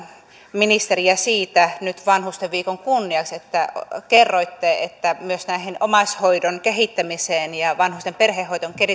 ministeriä nyt vanhusten viikon kunniaksi siitä että kerroitte että myös omaishoidon kehittämiseen ja vanhusten perhehoidon